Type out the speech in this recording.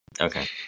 Okay